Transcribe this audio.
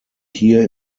hier